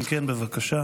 אם כן, בבקשה.